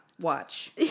watch